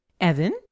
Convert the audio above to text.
Evan